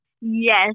Yes